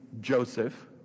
Joseph